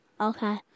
Okay